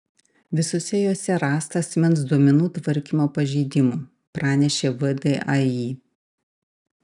visose jose rasta asmens duomenų tvarkymo pažeidimų pranešė vdai